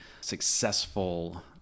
successful